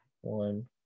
One